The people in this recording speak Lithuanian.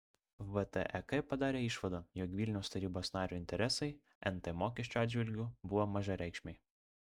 vtek padarė išvadą jog vilniaus tarybos nario interesai nt mokesčio atžvilgiu buvo mažareikšmiai